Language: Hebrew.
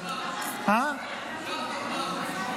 הזמן.